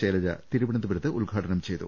ശൈലജ തിരുവനന്തപുരത്ത് ഉദ്ഘാടനും ചെയ്തു